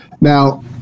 now